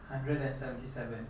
hundred and seventy seven